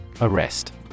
Arrest